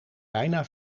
bijna